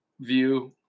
view